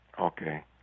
Okay